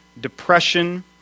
depression